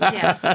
Yes